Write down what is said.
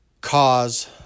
cause